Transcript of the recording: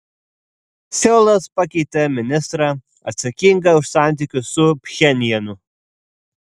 seulas pakeitė ministrą atsakingą už santykius su pchenjanu